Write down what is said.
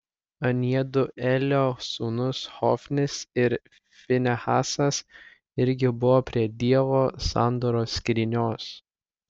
aniedu elio sūnūs hofnis ir finehasas irgi buvo prie dievo sandoros skrynios